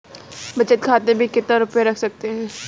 बचत खाते में कितना रुपया रख सकते हैं?